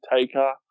Taker